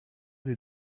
des